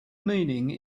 meaning